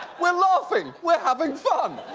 we're laughing! we're having fun!